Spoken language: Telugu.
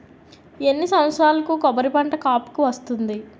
ఎన్ని సంవత్సరాలకు కొబ్బరి పంట కాపుకి వస్తుంది?